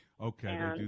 Okay